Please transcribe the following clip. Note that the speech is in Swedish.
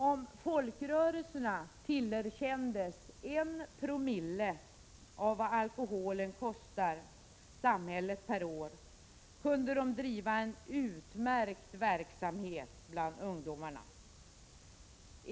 Om folkrörelserna tillerkändes en promille av vad alkoholen kostar samhället per år, kunde de driva en utmärkt verksamhet bland ungdomarna.